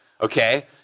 Okay